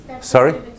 Sorry